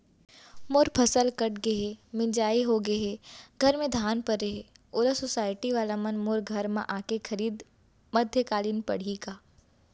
मोर फसल कट गे हे, मिंजाई हो गे हे, घर में धान परे हे, ओला सुसायटी वाला मन मोर घर म आके खरीद मध्यकालीन पड़ही का?